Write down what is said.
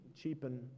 cheapen